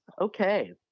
Okay